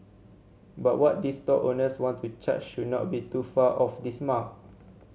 but what these stall owners want to charge should not be too far off this mark